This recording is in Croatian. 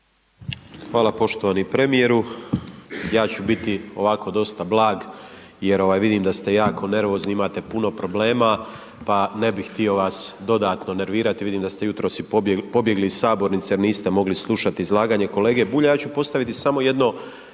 Hvala poštovani premijeru. Ja ću biti ovako, dosta blag jer vidim da ste jako nervozni, imate puno problema pa ne bih htio vas dodatno nervirati, vidim da ste jutros i pobjegli iz sabornice, niste mogli slušati izlaganje kolege Bulja. Ja ću postaviti samo jedno